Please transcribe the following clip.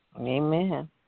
Amen